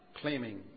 claiming